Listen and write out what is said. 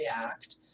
react